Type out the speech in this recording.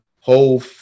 whole